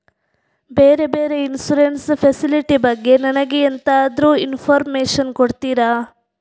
ಬೇರೆ ಬೇರೆ insurance facility ಬಗ್ಗೆ ನನಗೆ ಎಂತಾದ್ರೂ ಇನ್ಫೋರ್ಮೇಷನ್ ಕೊಡ್ತೀರಾ?